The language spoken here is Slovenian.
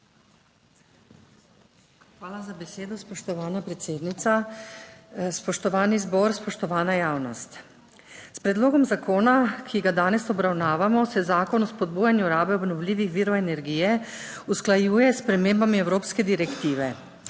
Hvala za besedo. Spoštovana predsednica, spoštovani zbor, spoštovana javnost! S predlogom zakona, ki ga danes obravnavamo, se Zakon o spodbujanju rabe obnovljivih virov energije usklajuje s spremembami evropske direktive.